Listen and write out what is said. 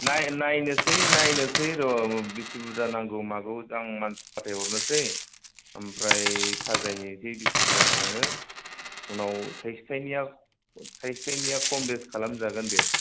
नाय नायनोसै नायनोसै र' बेसे बुरजा नांगौ मागौ आं मानसि फाथायहरनोसै ओमफ्राय साजायहैनोसै बेसे बुरजा थाङो उनाव थायसे थायनैआलाय थायसे थायनैया खम बारा खालामजागोन दे